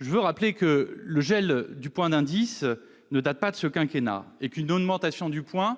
je rappelle que le gel du point d'indice ne date pas de ce quinquennat et qu'une augmentation du point